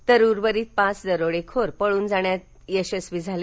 तर उर्वरित पाच दरोडेखोर पळून जाण्याचा यशस्वी झाले